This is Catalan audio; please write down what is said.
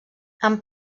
amb